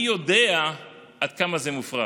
אני יודע עד כמה זה מופרך.